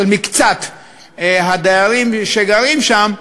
מקצת הדיירים שגרים שם,